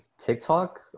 TikTok